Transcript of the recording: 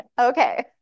Okay